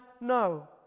No